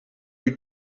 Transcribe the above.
you